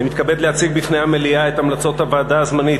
אני מתכבד להציג בפני המליאה את המלצות הוועדה הזמנית